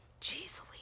Jeez